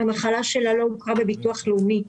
המחלה שלה לא הוכרה בביטוח לאומי.